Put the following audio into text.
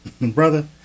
Brother